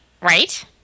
Right